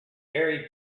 very